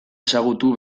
ezagutu